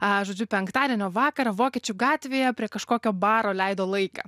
a žodžiu penktadienio vakarą vokiečių gatvėje prie kažkokio baro leido laiką